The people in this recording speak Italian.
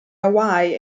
hawaii